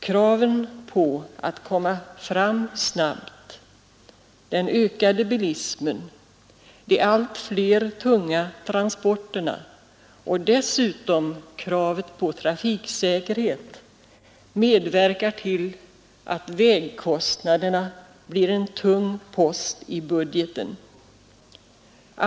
Kraven på att komma fram snabbt, den ökade bilismen, de allt fler tunga transporterna och dessutom kravet på trafiksäkerhet medverkar till att vägkostnaderna blir en tung post i budgeten.